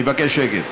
אני מבקש שקט.